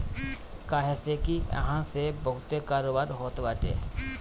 काहे से की इहा से बहुते कारोबार होत बाटे